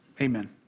Amen